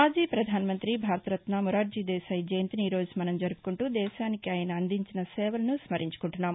మాజీ ప్రధానమంతి భారతరత్న మొరార్షీ దేశాయ్ జయంతిని ఈ రోజు మనం జరుపుకుంటూ దేశానికి ఆయన అందించిన సేవలను స్వరించుకుంటున్నాం